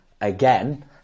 again